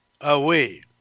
away